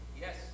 Yes